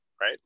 right